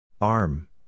Arm